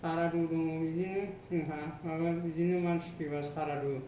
सारादु दङ जोंहा बिदिनो मानसि थैबा सारादु